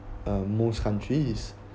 uh most countries